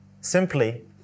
simply